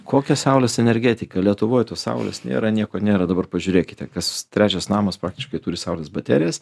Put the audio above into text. kokia saulės energetika lietuvoj saulės nėra nieko nėra dabar pažiūrėkite kas trečias namas praktiškai turi saulės baterijas